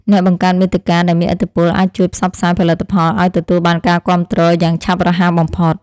អ្នកបង្កើតមាតិកាដែលមានឥទ្ធិពលអាចជួយផ្សព្វផ្សាយផលិតផលឱ្យទទួលបានការគាំទ្រយ៉ាងឆាប់រហ័សបំផុត។